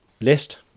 list